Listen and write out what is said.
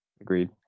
agreed